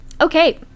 Okay